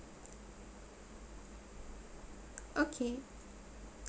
okay